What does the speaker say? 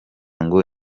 ngo